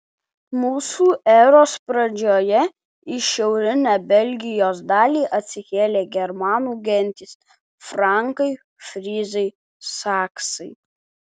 mūsų eros pradžioje į šiaurinę belgijos dalį atsikėlė germanų gentys frankai fryzai saksai